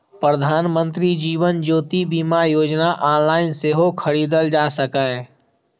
प्रधानमंत्री जीवन ज्योति बीमा योजना ऑनलाइन सेहो खरीदल जा सकैए